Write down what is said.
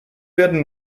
werden